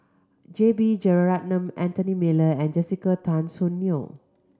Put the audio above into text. J B Jeyaretnam Anthony Miller and Jessica Tan Soon Neo